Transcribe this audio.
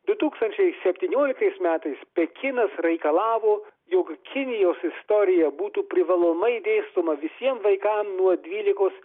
du tūkstančiai septynioliktais metais pekinas reikalavo jog kinijos istorija būtų privalomai dėstoma visiem vaikam nuo dvylikos